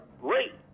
great